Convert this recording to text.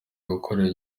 gukorera